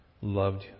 Loved